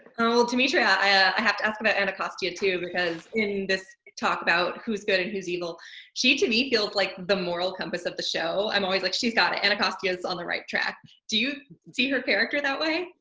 demetria, i have to ask about anacostia too. because in this talk about who's good and who's evil she, to me, feels like the moral compass of the show. i'm always like, she's got it. anacostia is on the right track. do you see her character that way?